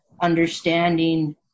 understanding